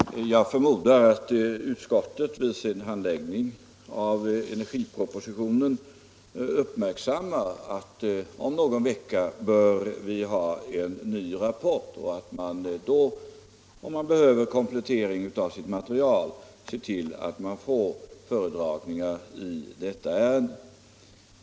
Herr talman! Jag utgår ifrån att utskottet vid sin handläggning av energipropositionen uppmärksammar att vi nu om någon vecka bör ha en ny rapport och att utskottet då, om man behöver komplettera sitt material, ser till att man får föredragningar i ärendet.